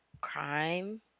crime